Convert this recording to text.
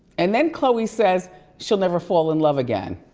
and then khloe says she'll never fall in love again.